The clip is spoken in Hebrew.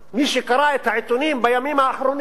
מי שקרא את העיתונים בימים האחרונים,